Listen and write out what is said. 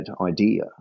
idea